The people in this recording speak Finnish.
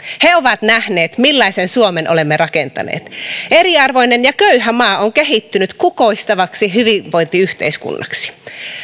he ovat nähneet millaisen suomen olemme rakentaneet eriarvoinen ja köyhä maa on kehittynyt kukoistavaksi hyvinvointiyhteiskunnaksi